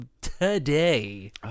today